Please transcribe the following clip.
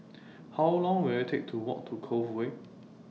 How Long Will IT Take to Walk to Cove Way